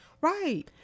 right